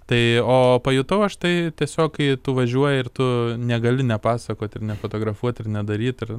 tai o pajutau aš tai tiesiog kai tu važiuoji ir tu negali nepasakot ir nefotografuot ir nedaryt ir